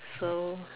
so